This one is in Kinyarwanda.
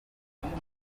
uzaze